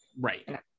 right